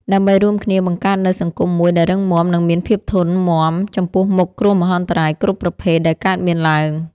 ដើម្បីរួមគ្នាបង្កើតនូវសង្គមមួយដែលរឹងមាំ និងមានភាពធន់មាំចំពោះមុខគ្រោះមហន្តរាយគ្រប់ប្រភេទដែលកើតមានឡើង។